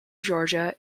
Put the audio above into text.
georgia